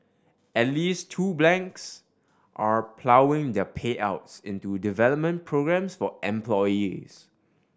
at least two blanks are ploughing their payouts into development programmes for employees